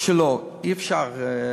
שלו אי-אפשר,